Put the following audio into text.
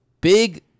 Big